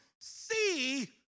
see